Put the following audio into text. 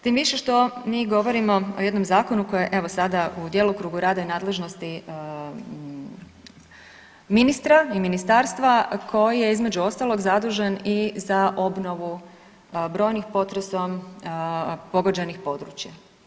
Tim više što mi govorimo o jednom zakonu koji je, evo sada, u djelokrugu rada i nadležnosti ministra i ministarstva koje je, između ostalog, zadužen i za obnovu brojnih potresom pogođenih područja.